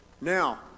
Now